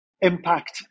impact